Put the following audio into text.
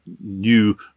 new